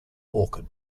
orchid